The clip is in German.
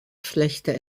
schlechte